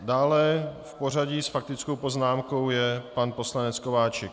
Dále v pořadí s faktickou poznámkou je pan poslanec Kováčik.